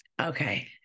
okay